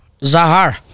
Zahar